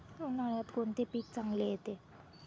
उन्हाळ्यात कोणते पीक चांगले येते?